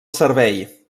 servei